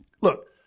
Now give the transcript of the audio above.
Look